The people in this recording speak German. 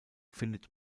findet